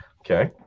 Okay